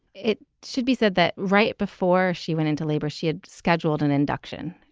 it should be said that right before she went into labor, she had scheduled an induction.